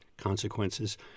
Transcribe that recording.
consequences